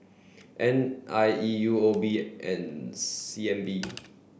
N I E U O B and C N B